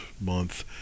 month